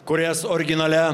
kurias originalia